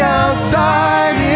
outside